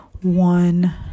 One